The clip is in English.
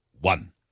one